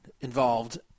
involved